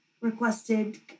requested